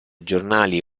giornali